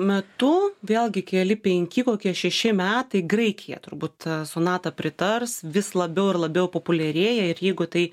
metu vėlgi keli penki kokie šeši metai graikija turbūt sonatą pritars vis labiau ir labiau populiarėja ir jeigu tai